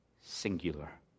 singular